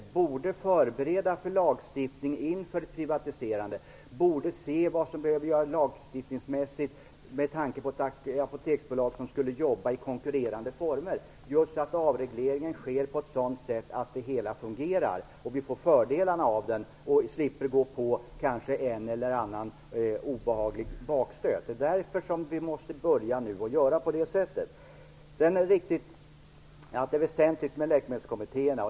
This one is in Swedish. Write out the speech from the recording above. Vi borde förbereda för lagstiftning inför ett privatiserande, se vad som behöver göras lagstiftningsmässigt med tanke på ett apoteksbolag som jobbar i konkurrerande former. Då skulle avregleringen kunna ske på ett sådant sätt att det hela fungerar, och vi kunde få fördelarna av den och slippa gå på en eller annan obehaglig bakstöt. Därför måste vi börja göra på det här sättet nu. Det är riktigt att det är väsentligt med läkemedelskommittéerna.